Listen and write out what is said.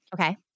Okay